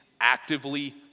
actively